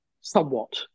somewhat